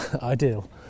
Ideal